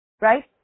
Right